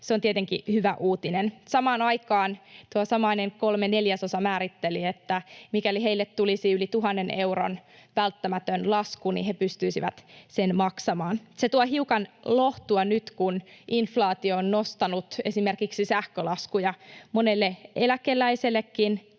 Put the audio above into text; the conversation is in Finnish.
Se on tietenkin hyvä uutinen. Samaan aikaan tuo samainen kolme neljäsosaa määritteli, että mikäli heille tulisi yli tuhannen euron välttämätön lasku, niin he pystyisivät sen maksamaan. Se tuo hiukan lohtua nyt, kun inflaatio on nostanut esimerkiksi sähkölaskuja monelle eläkeläisellekin